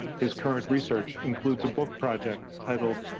his current research includes a book project titled,